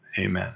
Amen